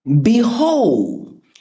Behold